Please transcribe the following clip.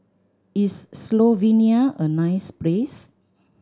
is Slovenia a nice place